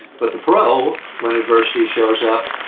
but the pro, when adversity shows up,